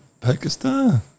Pakistan